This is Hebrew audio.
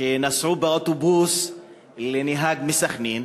שנסעו באוטובוס של נהג מסח'נין,